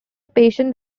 patient